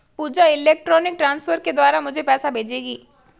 पूजा electronic transfer के द्वारा मुझें पैसा भेजेगी